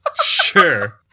Sure